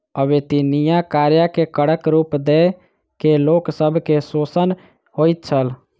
अवेत्निया कार्य के करक रूप दय के लोक सब के शोषण होइत छल